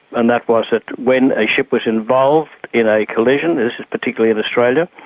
and that was that when a ship was involved in a collision, this is particularly in australia,